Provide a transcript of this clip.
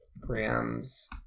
grams